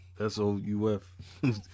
S-O-U-F